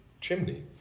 chimney